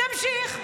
נמשיך.